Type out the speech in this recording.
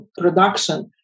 production